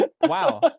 wow